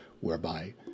whereby